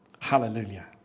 Hallelujah